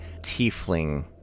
tiefling